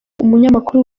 umunyamakuru